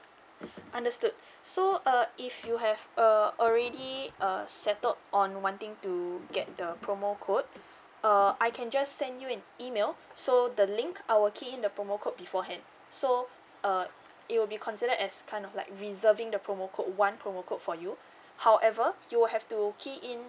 understood so uh if you have err already err settled on wanting to get the promo code uh I can just send you an email so the link I will key in the promo code beforehand so uh it will be considered as kind of like reserving the promo code one promo code for you however you will have to key in